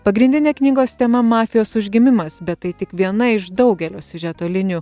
pagrindinė knygos tema mafijos užgimimas bet tai tik viena iš daugelio siužeto linijų